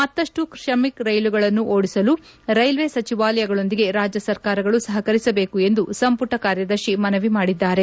ಮತ್ತಷ್ಟು ಶ್ರಮಿಕ್ ರೈಲುಗಳನ್ನು ಓಡಿಸಲು ರೈಲ್ವೆ ಸಚಿವಾಲಯಗಳೊಂದಿಗೆ ರಾಜ್ಯ ಸರ್ಕಾರಗಳು ಸಹಕರಿಸಬೇಕು ಎಂದು ಸಂಮಟ ಕಾರ್ಯದರ್ಶಿ ಮನವಿ ಮಾಡಿದರು